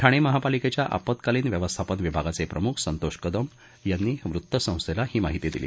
ठाणे महापालिकेच्या आपत्कालीन व्यवस्थापन विभागाचे प्रमुख संतोष कदम यांनी वृतसंस्थेला ही माहिती दिली